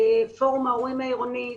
פורום ההורים העירוני,